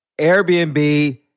Airbnb